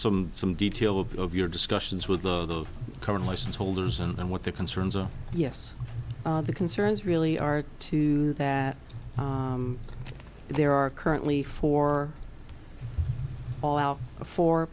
some some detail of your discussions with the current license holders and what their concerns are yes the concerns really are two that there are currently four fall out for